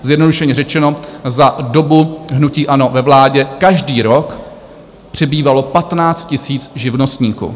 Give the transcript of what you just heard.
Zjednodušeně řečeno, za dobu hnutí ANO ve vládě každý rok přibývalo 15 000 živnostníků.